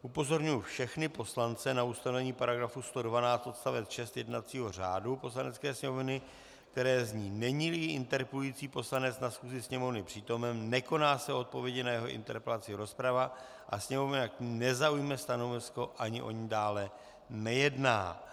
Upozorňuji všechny poslance na ustanovení § 112 odst. 6 jednacího řádu Poslanecké sněmovny, které zní: Neníli interpelující poslanec na schůzi Sněmovny přítomen, nekoná se o odpovědi na jeho interpelaci rozprava a Sněmovna k ní nezaujme stanovisko ani o ní dále nejedná.